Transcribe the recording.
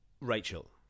Rachel